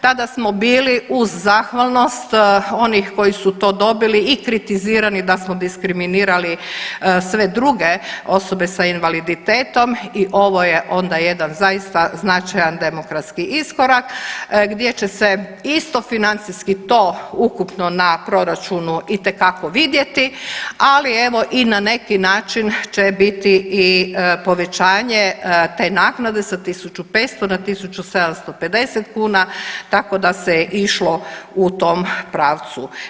Tada smo bili uz zahvalnost onih koji su to dobili i kritizirani da smo diskriminirali sve druge osobe sa invaliditetom i ovo je onda jedan zaista značajan demokratski iskorak gdje će se isto financijski to ukupno na proračunu itekako vidjeti, ali evo i na neki način će biti i povećanje te naknade sa 1500 na 1750 kuna tako da se išlo u tom pravcu.